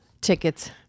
tickets